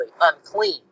unclean